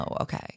okay